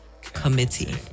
Committee